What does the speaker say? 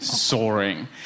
soaring